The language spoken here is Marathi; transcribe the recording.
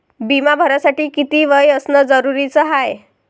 बिमा भरासाठी किती वय असनं जरुरीच हाय?